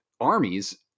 armies